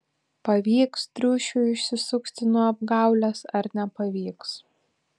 pavyks triušiui išsisukti nuo apgaulės ar nepavyks